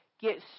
get